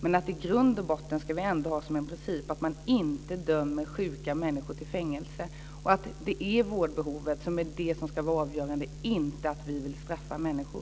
Men i grund och botten ska vi ändå ha som princip att man inte dömer sjuka människor till fängelse. Det är vårdbehovet som ska vara avgörande, inte att vi vill straffa människor.